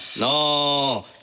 no